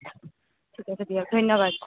ঠিক আছে দিয়ক ধন্যবাদ